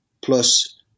plus